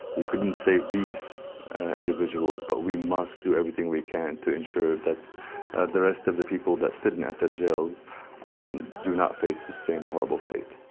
we couldn't save these individuals, but we must do everything we can to ensure that the rest of the people that sit in assad jails um do not face the same horrible fate.